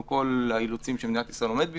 כל האילוצים שמדינת ישראל עומדת בפניהם,